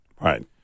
right